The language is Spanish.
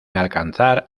alcanzar